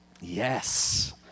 Yes